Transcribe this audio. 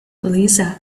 lisa